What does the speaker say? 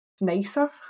nicer